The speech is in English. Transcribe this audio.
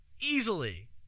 Easily